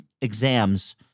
exams